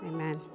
Amen